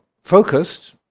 focused